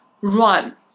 run